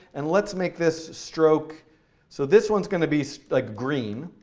and let's make this stroke so this one's going to be like green.